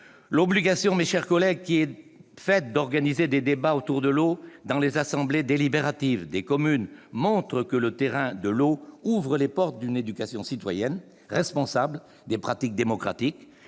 L'obligation qui est faite d'organiser des débats autour de l'eau dans les assemblées délibératives des communes montre que le terrain de l'eau ouvre les portes d'une éducation citoyenne responsable des pratiques démocratiques